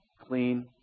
clean